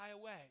away